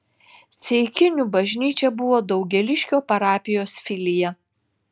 ceikinių bažnyčia buvo daugėliškio parapijos filija